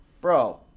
Bro